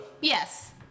Yes